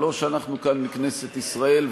לא שאנחנו כאן מכנסת ישראל,